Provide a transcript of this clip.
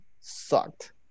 sucked